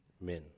men